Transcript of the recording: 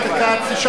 וזה מה שקורה עכשיו.